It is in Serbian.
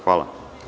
Hvala.